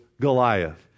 Goliath